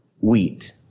wheat